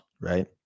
right